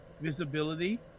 visibility